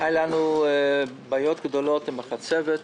היו לנו בעיות גדולות עם החצבת.